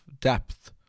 depth